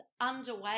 underway